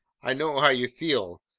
i know how you feel,